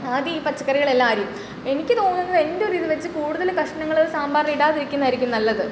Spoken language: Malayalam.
ആദ്യം ഈ പച്ചക്കറികളെല്ലാം അരിയും എനിക്ക് തോന്നുന്നത് എൻ്റെ ഒരിത് വെച്ച് കൂടുതൽ കഷ്ണങ്ങൾ സാമ്പാറിലിടാതിരിക്കുന്നതാരിക്കും നല്ലത്